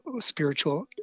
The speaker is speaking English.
spiritual